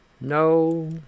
No